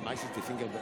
אדוני היושב-ראש,